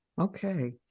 Okay